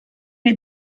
wir